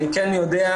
אני כן יודע,